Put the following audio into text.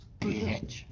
Bitch